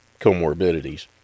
comorbidities